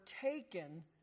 taken